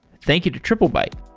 thank you to triplebyte